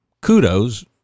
kudos